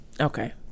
Okay